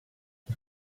per